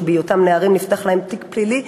שבהיותם נערים נפתח להם תיק פלילי,